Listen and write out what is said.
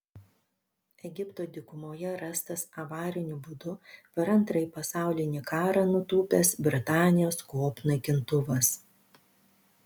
egipto dykumoje rastas avariniu būdu per antrąjį pasaulinį karą nutūpęs britanijos kop naikintuvas